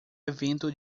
evento